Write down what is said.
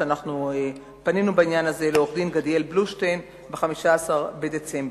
אנחנו פנינו בעניין הזה לעורך-דין גדיאל בלושטיין ב-15 בדצמבר.